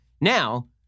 Now